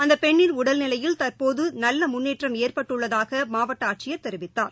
அந்தப் பெண்ணின் உடல்நிலையில் தற்போது நல்ல முன்னேற்றம் ஏற்பட்டுள்ளதாக மாவட்ட ஆட்சியர் தெரிவித்தார்